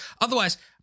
otherwise